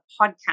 podcast